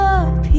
up